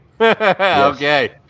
Okay